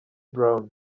brown